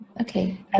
Okay